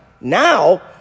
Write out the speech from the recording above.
Now